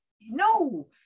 no